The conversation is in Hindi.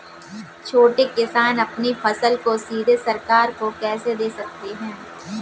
छोटे किसान अपनी फसल को सीधे सरकार को कैसे दे सकते हैं?